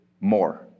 more